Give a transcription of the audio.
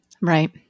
Right